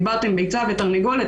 דיברתם ביצה ותרנגולת,